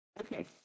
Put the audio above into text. Okay